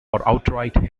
outright